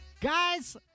guys